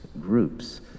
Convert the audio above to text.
groups